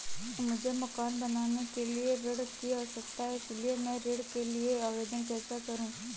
मुझे मकान बनाने के लिए ऋण की आवश्यकता है इसलिए मैं ऋण के लिए आवेदन कैसे करूं?